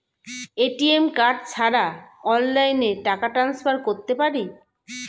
ATM card ছাড়া অনলাইনে টাকা টান্সফার করতে পারি?